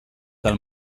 del